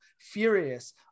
furious